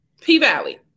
P-Valley